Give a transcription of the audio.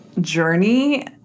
journey